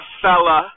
fella